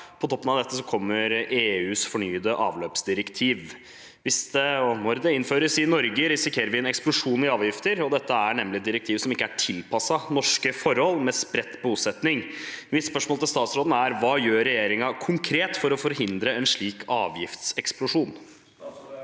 På toppen av dette kommer EUs fornyede avløpsdirektiv. Hvis det innføres i Norge, risikerer vi en eksplosjon i avgifter. Dette er nemlig et direktiv som ikke er tilpasset norske forhold, med spredt bosetning. Hva gjør regjeringa konkret for å forhindre en slik avgiftseksplosjon?»